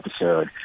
episode